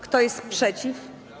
Kto jest przeciw?